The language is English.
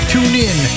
TuneIn